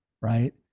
right